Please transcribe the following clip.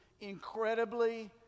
incredibly